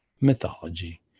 mythology